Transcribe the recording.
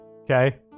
Okay